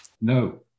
No